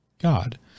God